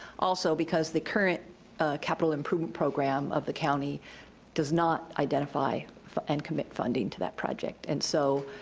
also because the current capital improvement program of the county does not identify and commit funding to that project, and so,